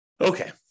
Okay